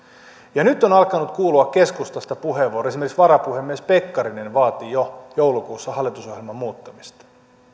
ja nyt on on alkanut kuulua keskustasta puheenvuoroja esimerkiksi varapuhemies pekkarinen vaati jo joulukuussa hallitusohjelman muuttamista